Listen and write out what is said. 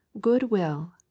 Goodwill